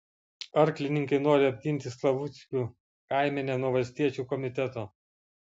arklininkai nori apginti slavuckių kaimenę nuo valstiečių komiteto